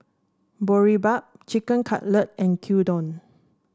Boribap Chicken Cutlet and Gyudon